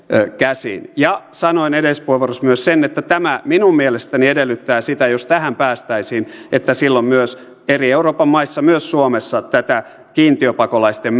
käsiin ja sanoin edellisessä puheenvuorossani myös sen että tämä minun mielestäni edellyttää sitä jos tähän päästäisiin että silloin myös eri euroopan maissa myös suomessa tätä kiintiöpakolaisten